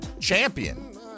champion